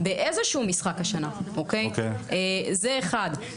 אם תשאל איפה 20 שנה של שחקניות בישראל התשובה היא שכולן ברחו.